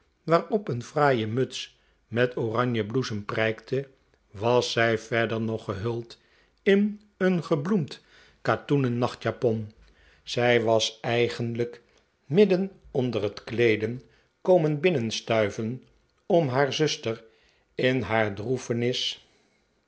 waarop een fraaie muts met oranjebloesems prijkte was zij verder nog gehuld in een gebloemd katoenen nachtjapon zij was eigenlijk midden onder het kleeden komen binnenstuiven om haar zuster in haar droefenis